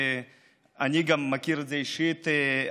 אני גם מכיר את זה אישית,